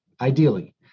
ideally